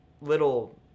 little